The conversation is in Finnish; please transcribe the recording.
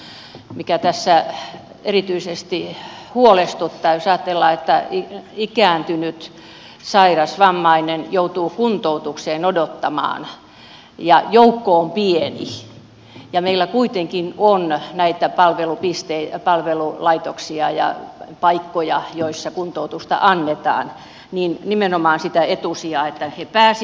mikä tässä erityisesti huolestuttaa jos ajatellaan että ikääntynyt sairas vammainen joutuu kuntoutukseen odottamaan ja joukko on pieni ja meillä kuitenkin on näitä palvelulaitoksia ja paikkoja joissa kuntoutusta annetaan on nimenomaan se etusija että he pääsisivät kuntoutukseen